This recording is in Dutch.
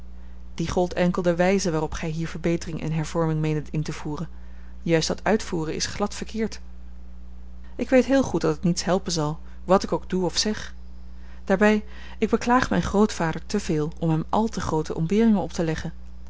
die gold enkel de wijze waarop gij hier verbetering en hervorming meendet in te voeren juist dat uitvoeren is glad verkeerd ik weet heel goed dat het niets helpen zal wat ik ook doe of zeg daarbij ik beklaag mijn grootvader te veel om hem àl te groote ontberingen op te leggen